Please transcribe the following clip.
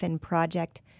Project